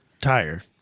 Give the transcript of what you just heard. tire